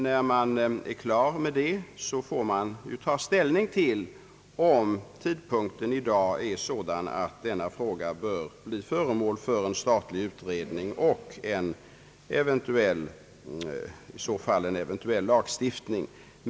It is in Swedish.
När man fått besked i det avseendet får man ta ställning till frågan om tiden nu är inne att göra detta spörsmål till föremål för en statlig utredning och i så fall om en eventuell lagstiftning är det lämpligaste.